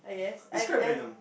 describe Venom